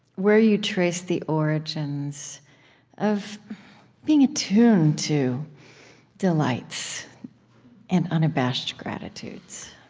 where you trace the origins of being attuned to delights and unabashed gratitudes.